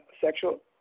sexual